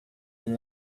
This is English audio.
than